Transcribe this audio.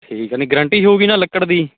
ਠੀਕ ਹੈ ਨਹੀਂ ਗਰੰਟੀ ਵੀ ਹੋਊਗੀ ਨਾ ਲੱਕੜ ਦੀ